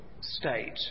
state